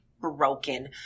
broken